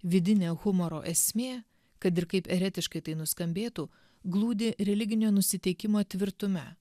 vidinė humoro esmė kad ir kaip eretiškai tai nuskambėtų glūdi religinio nusiteikimo tvirtume